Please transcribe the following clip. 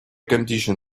condition